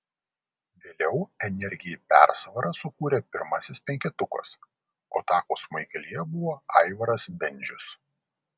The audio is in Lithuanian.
vėliau energijai persvarą sukūrė pirmasis penketukas o atakos smaigalyje buvo aivaras bendžius